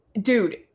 Dude